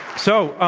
so,